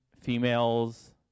females